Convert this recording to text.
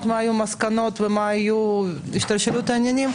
מה היו המסקנות ומה הייתה השתלשלות העניינים.